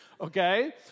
Okay